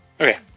Okay